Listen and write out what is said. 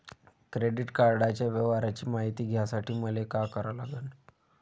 Credit कार्डाच्या व्यवहाराची मायती घ्यासाठी मले का करा लागन?